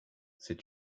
c’est